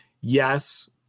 yes